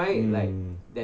mm